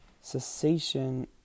cessation